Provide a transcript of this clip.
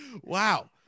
Wow